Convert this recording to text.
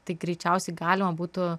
tai greičiausiai galima būtų